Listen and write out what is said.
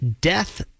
Death